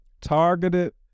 targeted